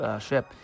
ship